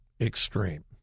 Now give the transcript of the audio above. extreme